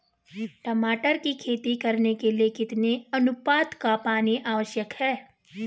टमाटर की खेती करने के लिए कितने अनुपात का पानी आवश्यक है?